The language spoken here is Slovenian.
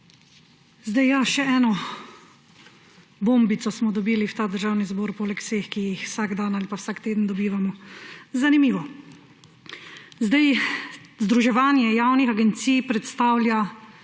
Ja, še eno bombico smo dobili v ta državni zbor, poleg vseh, ki jih vsak dan ali vsak teden dobivamo. Zanimivo! Združevanje javnih agencij predstavlja